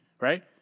Right